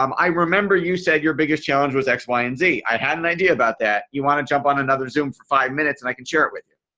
um i remember you said your biggest challenge was x y and z. i had an idea about that. you want to jump on another zoom for five minutes and i can share it with you.